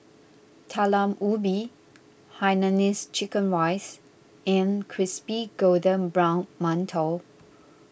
Talam Ubi Hainanese Chicken Rice and Crispy Golden Brown Mantou